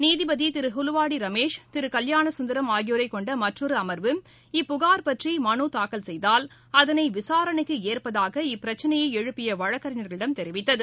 நீதிபதி திரு ஹுலுவாடி ரமேஷ் திரு கல்யாண சுந்தரம் ஆகியோரைக் கொண்ட மற்றொரு அமர்வு இப்புகார் பற்றி மனு தாக்கல் செய்தால் அதனை விசாரணைக்கு ஏற்பதாக இப்பிரச்சினையை எழுப்பிய வழக்கறிஞர்களிடம் தெரிவித்தது